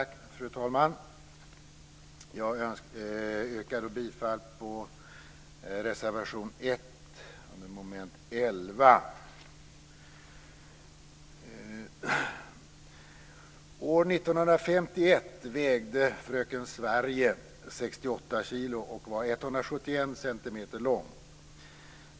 Fru talman! Jag yrkar bifall till reservation 1 under mom. 11. cm lång.